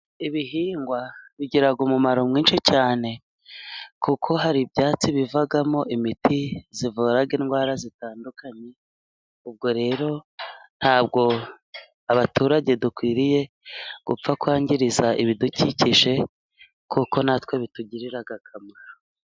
Ibihingwa bigira umumaro mwinshi cyane, kuko hari ibyatsi bivamo imiti ivura indwara zitandukanye. Ubwo rero, ntabwo abaturage dukwiriye gupfa kwangiriza ibidukikije, kuko na twe bitugirira akamaro.